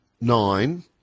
nine